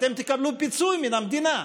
אתם תקבלו פיצוי מהמדינה.